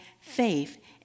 faith